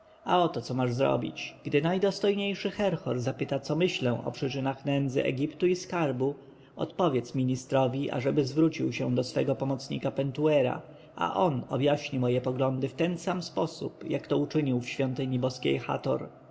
a oto co masz zrobić gdy najdostojniejszy herhor zapyta co myślę o przyczynach nędzy egiptu i skarbu odpowiedz ministrowi ażeby zwrócił się do swego pomocnika pentuera a on objaśni moje poglądy w ten sam sposób jak to uczynił w świątyni boskiej hator